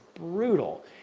brutal